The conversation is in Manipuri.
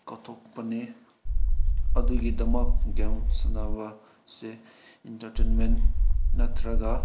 ꯀꯥꯎꯊꯣꯛꯄꯅꯦ ꯑꯗꯨꯒꯤꯗꯃꯛ ꯒꯦꯝ ꯁꯥꯟꯅꯕꯁꯦ ꯏꯟꯇꯔꯇꯦꯟꯃꯦꯟ ꯅꯠꯇ꯭ꯔꯒ